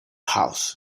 house